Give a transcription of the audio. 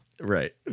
right